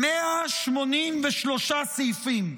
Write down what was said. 183 סעיפים.